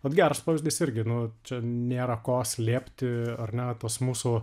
vat geras pavyzdys irgi nu čia nėra ko slėpti ar ne tos mūsų